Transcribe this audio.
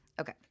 Okay